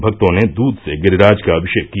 भक्तों ने दूध से गिरिराज का अभिषेक किया